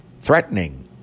threatening